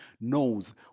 knows